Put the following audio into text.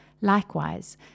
Likewise